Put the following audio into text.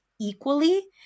equally